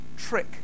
trick